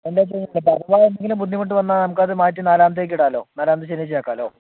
അഥവാ എന്തെങ്കിലും ബുദ്ധിമുട്ട് വന്നാൽ നമുക്ക് അത് മാറ്റി നാലാമത്തേൽ ഇടാലോ നാലാമത്തെ ശനിയാഴ്ച ആക്കാലോ